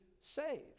saved